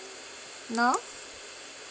north